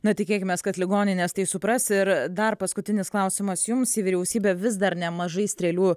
na tikėkimės kad ligoninės tai supras ir dar paskutinis klausimas jums į vyriausybę vis dar nemažai strėlių